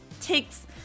takes